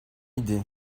idée